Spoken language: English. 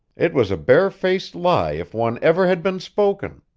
it was a bare-faced lie if one ever had been spoken.